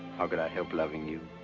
how could i help loving you?